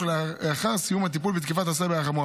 לאחר סיום הטיפול בתקיפת הסייבר החמורה,